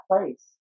place